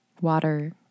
Water